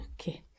Okay